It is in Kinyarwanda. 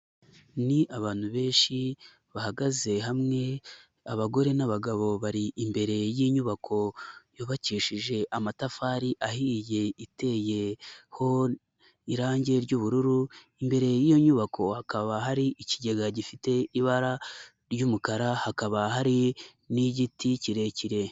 Ni abantu benshi bahagaze hamwe abagore n'abagabo bari imbere y'inyubako yubakishije amatafari ahiye, iteyeho irangi ry'ubururu imbere y'iyo nyubako, hakaba hari ikigega gifite ibara ry'umukara hakaba hari n'igiti kirekire.